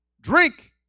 drink